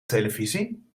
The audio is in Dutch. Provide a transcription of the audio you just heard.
televisie